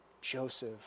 Joseph